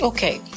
Okay